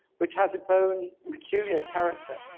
which has its own peculiar character.